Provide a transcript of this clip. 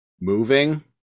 moving